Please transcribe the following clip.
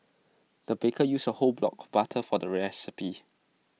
the baker used A whole block of butter for the recipe